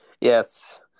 Yes